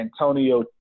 Antonio